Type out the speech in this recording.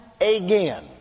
again